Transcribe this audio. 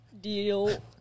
deal